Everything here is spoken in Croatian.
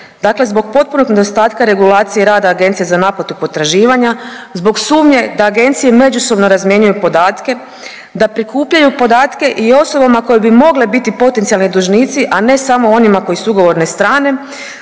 dakle zbog potpunog nedostatka regulacije rada Agencija za naplatu potraživanja, zbog sumnje da agencije međusobno razmjenjuju podatke, da prikupljaju podatke i o osobama koje bi mogle biti potencijalni dužnici, a ne samo onima koji su ugovorne strane,